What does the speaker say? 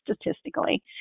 statistically